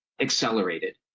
accelerated